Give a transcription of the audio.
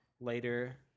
later